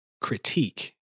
critique